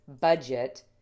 budget